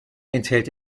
enthält